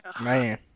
man